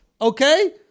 Okay